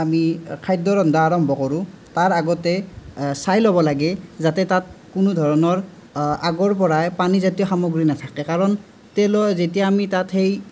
আমি খাদ্য ৰন্ধা আৰম্ভ কৰোঁ তাৰ আগতে চাই ল'ব লাগে যাতে তাত কোনো ধৰণৰ আগৰ পৰাই পানী জাতীয় সামগ্ৰী নাথাকে কাৰণ তেলৰ যেতিয়া আমি তাত সেই